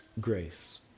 grace